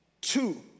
Two